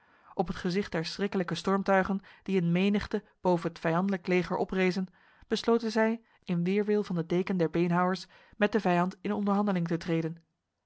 op het gezicht der schrikkelijke stormtuigen die in menigte boven het vijandlijk leger oprezen besloten zij in weerwil van de deken der beenhouwers met de vijand in onderhandeling te treden